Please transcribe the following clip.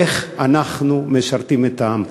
איך אנחנו משרתים את העם?